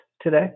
today